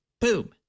boom